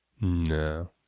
no